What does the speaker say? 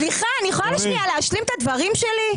סליחה, אני יכולה להשלים את הדברים שלי?